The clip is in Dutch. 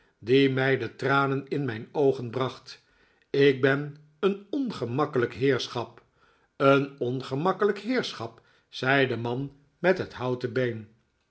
die mij de tranen in mijn oogen bracht ik ben een ongemakkelijk heerschap een ongemakkelijk heerschap zei de man met het houten been